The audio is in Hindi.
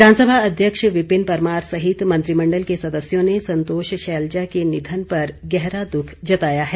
विधानसभा अध्यक्ष विपिन परमार सहित मंत्रिमण्डल के सदस्यों ने संतोष शैलजा के निधन पर गहरा दुख जताया है